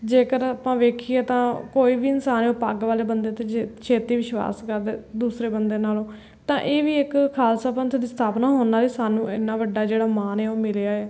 ਜੇਕਰ ਆਪਾਂ ਵੇਖੀਏ ਤਾਂ ਕੋਈ ਵੀ ਇਨਸਾਨ ਉਹ ਪੱਗ ਵਾਲੇ ਬੰਦੇ 'ਤੇ ਯ ਛੇਤੀ ਵਿਸ਼ਵਾਸ ਕਰਦਾ ਹੈ ਦੂਸਰੇ ਬੰਦੇ ਨਾਲੋਂ ਤਾਂ ਇਹ ਵੀ ਇੱਕ ਖਾਲਸਾ ਪੰਥ ਦੀ ਸਥਾਪਨਾ ਹੋਣ ਨਾਲ ਹੀ ਸਾਨੂੰ ਇੰਨਾਂ ਵੱਡਾ ਜਿਹੜਾ ਮਾਨ ਆ ਉਹ ਮਿਲਿਆ ਹੈ